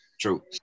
True